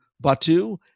Batu